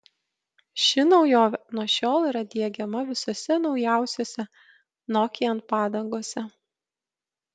ši naujovė nuo šiol yra diegiama visose naujausiose nokian padangose